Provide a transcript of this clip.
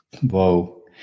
Whoa